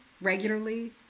regularly